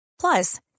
Plus